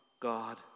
God